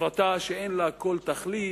הפרטה שאין לה כל תכלית,